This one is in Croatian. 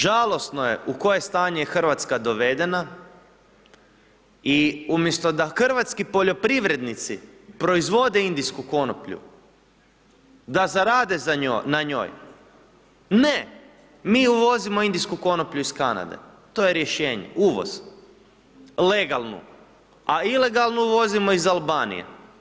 Žalosno je u koje stanje je Hrvatska dovedena i umjesto da hrvatski poljoprivrednici proizvode indijsku konoplju, da zarade na njoj, ne, mi uvozimo indijsku konoplju iz Kanade, to je rješenje, uvoz, legalnu, a ilegalnu uvozimo iz Albanije.